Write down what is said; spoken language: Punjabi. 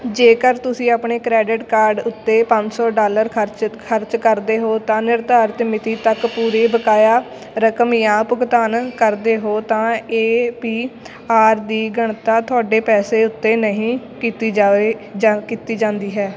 ਜੇਕਰ ਤੁਸੀਂ ਆਪਣੇ ਕ੍ਰੈਡਿਟ ਕਾਰਡ ਉੱਤੇ ਪੰਜ ਸੌ ਡਾਲਰ ਖ਼ਰਚਤ ਖਰਚ ਕਰਦੇ ਹੋ ਤਾਂ ਨਿਰਧਾਰਤ ਮਿਤੀ ਤੱਕ ਪੂਰੀ ਬਕਾਇਆ ਰਕਮ ਜਾਂ ਭੁਗਤਾਨ ਕਰਦੇ ਹੋ ਤਾਂ ਏ ਪੀ ਆਰ ਦੀ ਗਣਤਾ ਤੁਹਾਡੇ ਪੈਸੇ ਉੱਤੇ ਨਹੀਂ ਕੀਤੀ ਜਾਵੇ ਜਾਂ ਕੀਤੀ ਜਾਂਦੀ ਹੈ